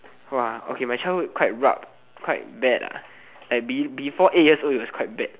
!wah! okay my childhood quite rab~ quite bad lah like be~ before eight years old it was quite bad